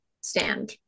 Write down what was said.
stand